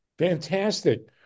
Fantastic